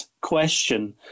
question